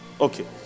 Okay